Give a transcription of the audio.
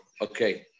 Okay